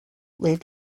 laid